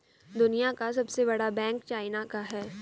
दुनिया का सबसे बड़ा बैंक चाइना का है